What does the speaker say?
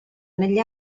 negli